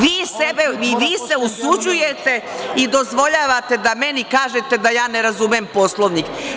Vi se usuđujete i dozvoljavate da meni kažete da ne razumem Poslovnik.